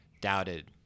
doubted